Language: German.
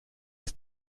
ist